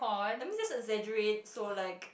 let me just exaggerate so like